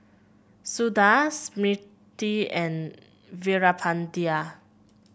Suda Smriti and Veerapandiya